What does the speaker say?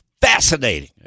fascinating